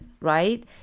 right